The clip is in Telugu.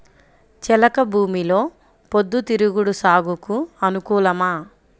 చెలక భూమిలో పొద్దు తిరుగుడు సాగుకు అనుకూలమా?